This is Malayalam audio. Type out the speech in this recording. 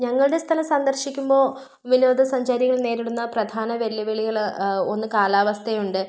ഞങ്ങളുടെ സ്ഥലം സന്ദർശിക്കുമ്പോൾ വിനോദസഞ്ചാരികൾ നേരിടുന്ന പ്രധാന വെല്ലുവിളികൾ ഒന്ന് കാലാവസ്ഥയുണ്ട്